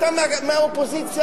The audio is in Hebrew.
אתה מהאופוזיציה,